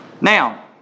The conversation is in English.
Now